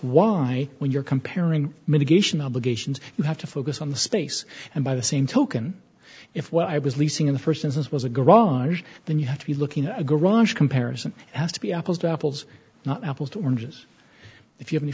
why when you're comparing mitigation obligations you have to focus on the space and by the same token if what i was leasing in the first instance was a garage then you have to be looking at a garage comparison has to be apples to apples not apples to oranges if you have